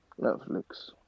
Netflix